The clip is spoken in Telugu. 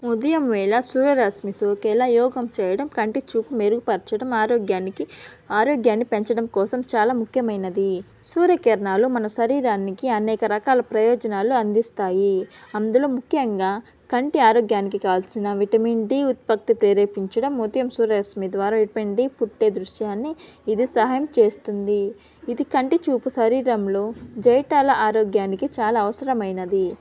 ఉదయం వేళ సూర్యరశ్మి సోకేలా యోగ చేయడం కంటి చూపు మెరుగుపరచడం ఆరోగ్యానికి ఆరోగ్యాన్ని పెంచడం కోసం చాలా ముఖ్యమైనదీ సూర్యకిరణాలు మన శరీరానికి అనేక రకాల ప్రయోజనాలు అందిస్తాయి అందులో ముఖ్యంగా కంటి ఆరోగ్యానికి కావల్సిన విటమిన్ డి ఉత్పత్తి ప్రేరేపించడం ఉదయం సూర్యరశ్మి ద్వారా విటమిన్ డి పుట్టే దృశ్యాన్ని ఇది సహాయం చేస్తుంది ఇది కంటి చూపు శరీరంలో జైటల ఆరోగ్యానికి చాలా అవసరమైనది